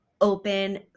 open